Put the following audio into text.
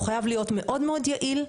הוא חייב להיות מאוד-מאוד יעיל,